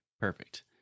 Perfect